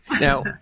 Now